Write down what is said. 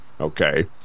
Okay